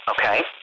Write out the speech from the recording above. okay